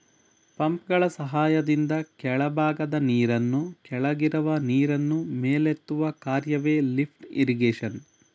ಪಂಪ್ಗಳ ಸಹಾಯದಿಂದ ಕೆಳಭಾಗದ ನೀರನ್ನು ಕೆಳಗಿರುವ ನೀರನ್ನು ಮೇಲೆತ್ತುವ ಕಾರ್ಯವೆ ಲಿಫ್ಟ್ ಇರಿಗೇಶನ್